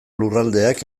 lurraldeak